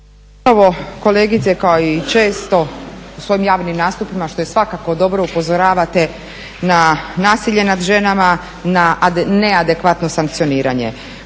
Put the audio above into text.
Ovo, kolegice, kao i često u svom javnim nastupima što je svakako dobro, upozoravate na nasilje nad ženama, na neadekvatno sankcioniranje.